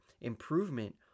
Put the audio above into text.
improvement